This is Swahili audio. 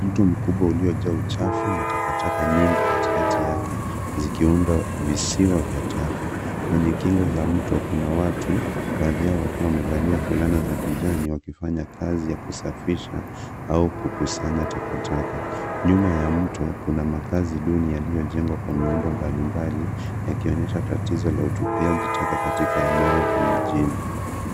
Mto mkubwa uliojaa uchafu na takataka nyingi katikati yake zikiunda viziwa vya taka. Kwenye ukingo za mto, kuna watu baadhi yao wakiwa wamevalia fulana za kijani wakifanya kazi ya kusafisha au kukusanya takataka. Nyuma ya mto, kuna makazi duni yaliyojengwa kwa miundo mbalimbali yakionyesha tazizo la utupiaji taka katika eneo la mjini.